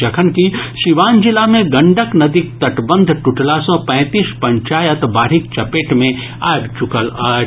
जखनकि सीवान जिला मे गंडक नदीक तटबंध टूटला सॅ पैंतीस पंचायत बाढ़िक चपेट मे आबि चुकल अछि